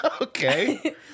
Okay